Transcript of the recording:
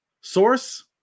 source